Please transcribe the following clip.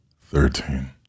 thirteen